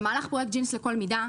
במהלך "פרויקט ג'ינס לכל מידה",